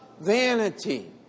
Vanity